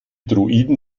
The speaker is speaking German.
droiden